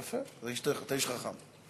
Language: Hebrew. יפה, אתה איש חכם.